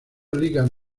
ligas